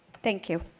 thank you.